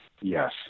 yes